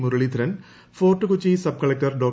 Muraleedharan fort Kochi sub collector Dr